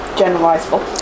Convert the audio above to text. generalizable